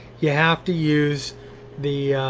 you have to use the